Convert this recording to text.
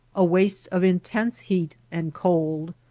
a waste of intense heat and cold,